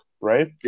right